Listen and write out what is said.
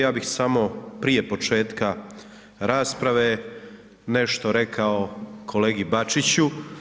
Ja bih samo prije početka rasprave nešto rekao kolegi Bačiću.